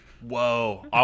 whoa